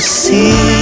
see